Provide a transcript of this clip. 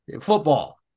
Football